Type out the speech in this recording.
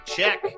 Check